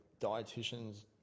dieticians